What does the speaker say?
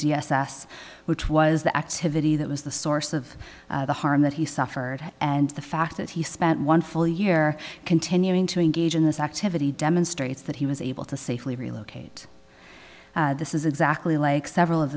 s which was the activity that was the source of the harm that he suffered and the fact that he spent one full year continuing to engage in this activity demonstrates that he was able to safely relocate this is exactly like several of